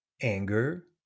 anger